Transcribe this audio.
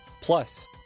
plus